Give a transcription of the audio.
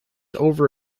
over